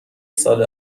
سال